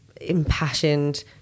impassioned